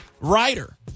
WRITER